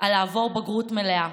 על לעבור בגרות מלאה,